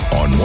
on